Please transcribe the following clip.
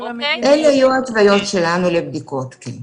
אלה היו ההתוויות שלנו לבדיקות, כן.